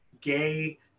gay